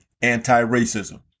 anti-racism